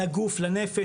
לגוף לנפש,